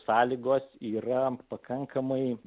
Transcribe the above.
sąlygos yra pakankamai